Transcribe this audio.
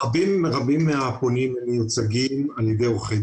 רבים מהפונים מיוצגים על ידי עורכי